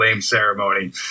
ceremony